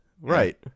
Right